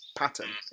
pattern